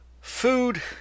food